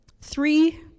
three